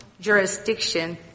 jurisdiction